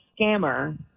scammer